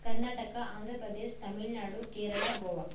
Karnataka Andhra Pradesh Tamil Nadu Kerala Goa